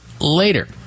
later